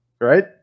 right